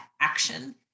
action